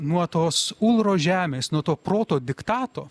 nuo tos ulro žemės nuo to proto diktato